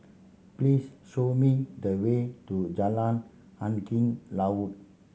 please show me the way to Jalan Angin Laut